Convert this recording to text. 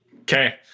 Okay